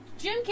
Jim